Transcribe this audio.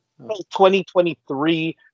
2023